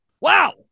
Wow